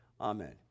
amen